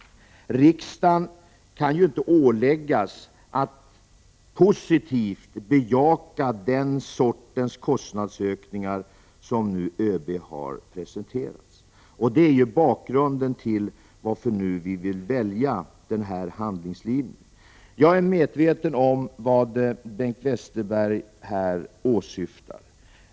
Riksdagen kan inte åläggas att bejaka den sortens kostnadsökningar som ÖB nu har presenterat. Det är bakgrunden till att vi nu vill välja denna handlingslinje. Jag är medveten om vad Bengt Westerberg åsyftar.